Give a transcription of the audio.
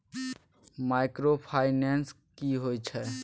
Microfinance की होय छै?